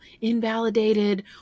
invalidated